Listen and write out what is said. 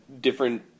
different